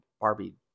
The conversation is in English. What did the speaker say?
Barbie